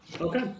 Okay